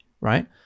right